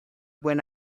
buen